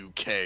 UK